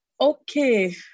Okay